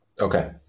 okay